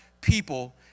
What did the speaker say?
people